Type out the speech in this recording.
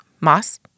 Moss